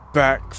back